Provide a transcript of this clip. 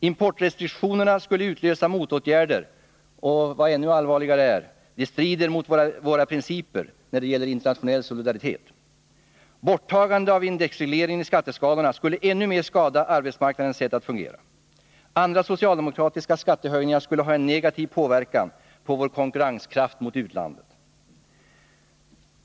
Importrestriktionerna skulle utlösa motåtgärder och — vad allvarligare är — de strider mot våra principer när det gäller internationell solidaritet. Borttagande av indexregleringen i skatteskalorna skulle ännu mer skada arbetsmarknadens sätt att fungera. Andra socialdemokratiska skattehöjningar skulle ha en negativ påverkan på vår konkurrenskraft mot utlandet.